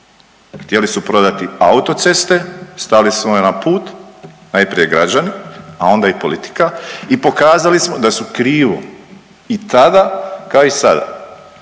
Htjeli su prodati autoceste, stali smo im na put, najprije građani, a onda i politika i pokazali smo da su krivo i tada, kao i sada